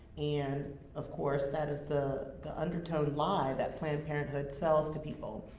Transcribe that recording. and, of course, that is the the undertone lie that planned parenthood sells to people.